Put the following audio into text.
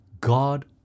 God